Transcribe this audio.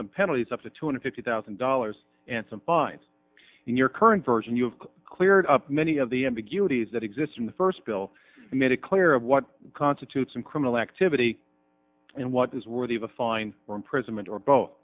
some penalties up to two hundred fifty thousand dollars and some binds in your current version you have cleared up many of the ambiguities that exist in the first bill and made it clear of what constitutes and criminal activity and what is worthy of a fine or imprisonment or both